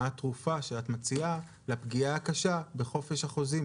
מה התרופה שאת מציעה לפגיעה הקשה בחופש התחרות?